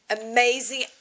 Amazing